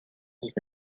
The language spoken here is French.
dix